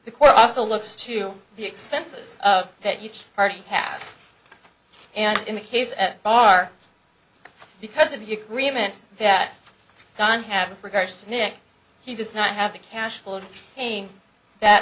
the court also looks to the expenses that each party pass and in the case at bar because of the agreement that john have with regards to nick he does not have the cash flow to gain that